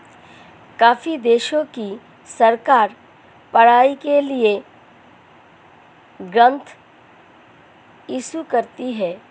काफी देशों की सरकार पढ़ाई के लिए ग्रांट इशू करती है